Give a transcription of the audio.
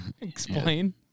Explain